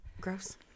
Gross